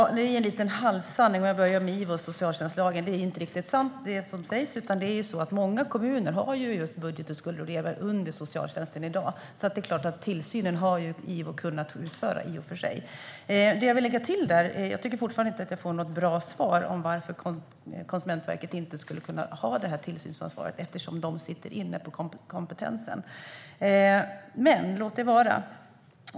Herr talman! Om jag börjar med IVO och socialtjänstlagen är det en liten halvsanning. Det som sägs är inte riktigt sant, utan många kommuner har just budget och skuldrådgivning under socialtjänsten i dag. Det är klart att IVO har kunnat utföra tillsyn. Jag vill lägga till något. Jag tycker fortfarande inte att jag får något bra svar om varför Konsumentverket inte skulle kunna ha tillsynsansvaret - de sitter ju inne med kompetensen. Men vi låter det vara.